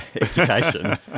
education